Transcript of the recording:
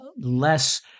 less